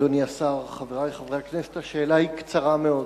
אדוני השר, חברי חברי הכנסת, השאלה היא קצרה מאוד: